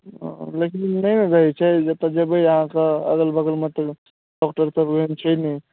हँ लेकिन नहि ने होइत छै जतय जेबै अहाँ तऽ अगल बगलमे तऽ डॉक्टरसभ एहन छै नहि